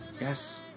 yes